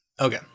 okay